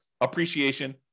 appreciation